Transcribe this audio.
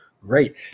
great